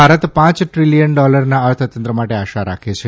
ભારત પાંચ ટ્રિલીયન ડોલરના અર્થતંત્ર માટે આશા રાખે છે